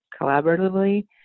collaboratively